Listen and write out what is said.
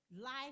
life